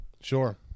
Sure